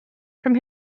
from